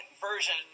version